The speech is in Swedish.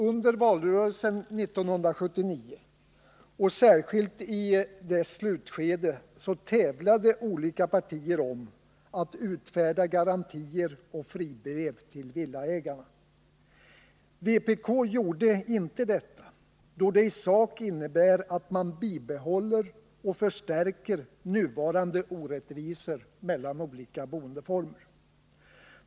Under valrörelsen 1979 och särskilt i dess slutskede tävlade olika partier om att utfärda garantier och fribrev till villaägarna. Vpk gjorde inte detta, då det i sak innebär att man bibehåller och förstärker nuvarande orättvisor mellan olika boendeformer.